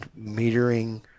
metering